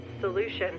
solution